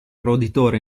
roditori